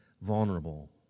vulnerable